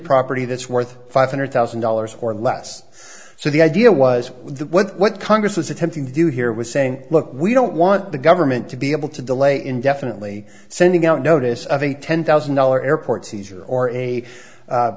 property that's worth five hundred thousand dollars or less so the idea was that what congress was attempting to do here was saying look we don't want the government to be able to delay indefinitely sending out a notice of a ten thousand dollar airport